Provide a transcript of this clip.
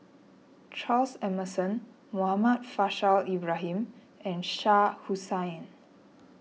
Charles Emmerson Muhammad Faishal Ibrahim and Shah Hussain